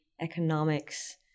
economics